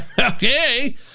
okay